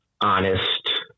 honest